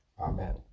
Amen